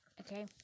okay